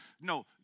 No